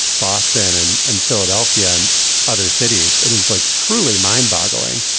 boston and and philadelphia and other cities. it is like truly mind boggling.